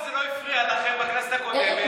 וזה לא הפריע לכם בכנסת הקודמת?